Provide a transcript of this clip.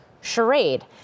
Charade